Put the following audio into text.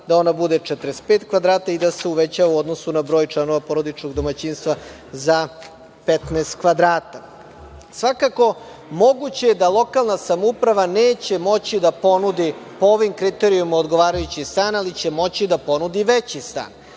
da ona bude 45 kvadrata i da se uvećava u odnosu na broj članova porodičnog domaćinstva za 15 kvadrata. Svakako, moguće da lokalna samouprava neće moći da ponudi po ovim kriterijumima odgovarajući stan, ali će moći da ponudi veći stan.